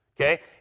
Okay